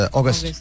August